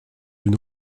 une